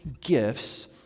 gifts